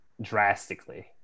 drastically